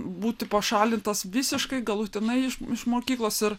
būti pašalintas visiškai galutinai iš mokyklos ir